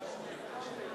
חשבתי,